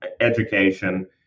education